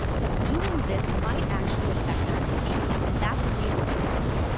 that doing this might actually affect their attention, and that's indeed what we found.